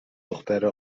دختره